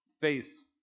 face